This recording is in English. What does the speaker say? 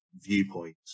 viewpoint